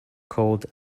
called